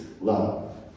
love